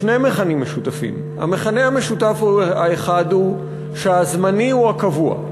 שני מכנים משותפים: המכנה המשותף האחד הוא שהזמני הוא הקבוע.